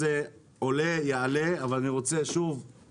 שאלה בעניין קו 955. שאלתי שאילתה בכתובים,